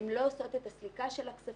הן לא עושות את הסליקה של הכספים.